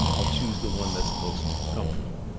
i'll choose the one that's most comfortable.